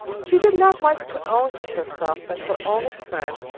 she did not like to own to herself that her only friend,